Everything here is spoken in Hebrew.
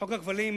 חוק הכבלים